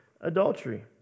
adultery